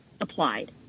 applied